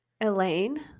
elaine